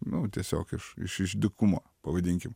nu tiesiog iš iš išdykumo pavadinkim